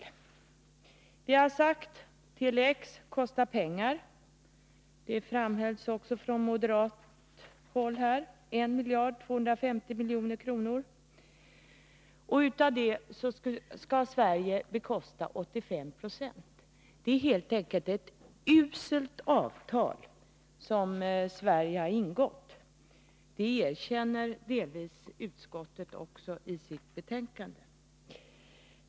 Vi har för det första sagt att Tele-X kostar pengar, vilket också framhölls från moderat håll — 1 250 milj.kr. Av denna summa skall Sverige svara för 85 90. Sverige har helt enkelt ingått ett uselt avtal, och det erkänner också utskottet delvis i sitt betänkande.